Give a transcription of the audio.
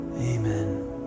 amen